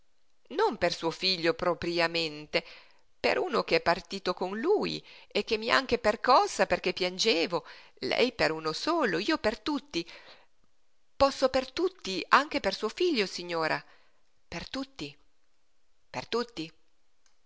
non per suo figlio propriamente per uno ch'è partito con lui e che mi ha anche percossa perché piangevo lei per uno solo io per tutti posso per tutti anche per suo figlio signora per tutti per tutti